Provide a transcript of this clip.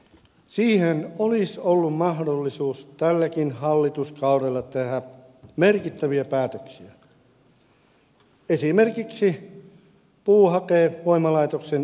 siihen olisi ollut mahdollisuus tälläkin hallituskaudella tehdä merkittäviä päätöksiä esimerkiksi puuhakevoimalaitoksen syöttötariffituesta